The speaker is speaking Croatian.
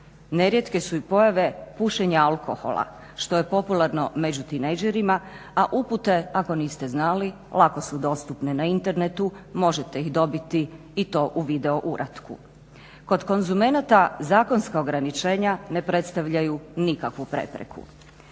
Nerijetke su i pojave pušenja alkohola što je popularno među tinejdžerima, a upute ako niste znali lako su dostupne na internetu. Možete ih dobiti i to u video uratku. Kod konzumenata zakonska ograničenja ne predstavljaju nikakvu prepreku.